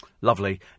Lovely